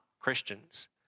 Christians